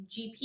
GP